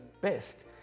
best